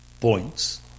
points